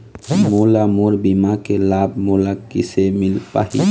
मोला मोर बीमा के लाभ मोला किसे मिल पाही?